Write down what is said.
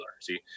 see